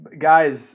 Guys